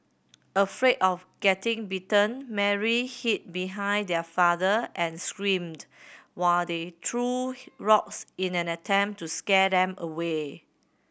afraid of getting bitten Mary hid behind their father and screamed while they threw rocks in an attempt to scare them away